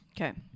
Okay